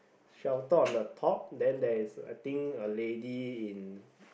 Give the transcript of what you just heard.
shelter on the top then there is I think a lady in